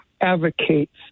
advocates